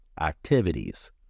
activities